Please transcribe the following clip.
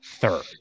third